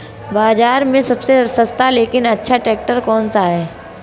बाज़ार में सबसे सस्ता लेकिन अच्छा ट्रैक्टर कौनसा है?